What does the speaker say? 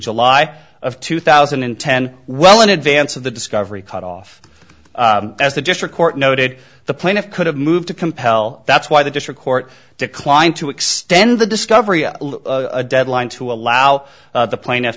july of two thousand and ten well in advance of the discovery cut off as the district court noted the plaintiff could have moved to compel that's why the district court declined to extend the discovery of a deadline to allow the plaintiff